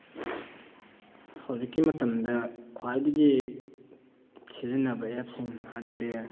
ꯍꯧꯖꯤꯛꯀꯤ ꯃꯇꯝꯗ ꯈ꯭ꯋꯥꯏꯗꯒꯤ ꯁꯤꯖꯤꯟꯅꯕ ꯑꯦꯞꯁꯤꯡ ꯑꯗꯨꯗꯤ